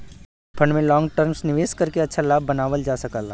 mutual fund में long term निवेश करके अच्छा लाभ बनावल जा सकला